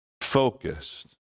focused